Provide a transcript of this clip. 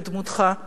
בדמותך,